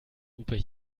lupe